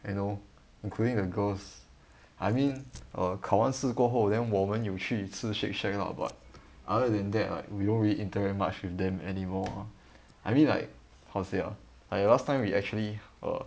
and know including the girls I mean err 考完试过后 then 我们有去吃 Shake Shack ah but other than that like we don't really interact much with them anymore I mean like how to say ah like last time we actually err